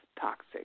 toxic